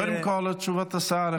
קודם כול תשובת השר.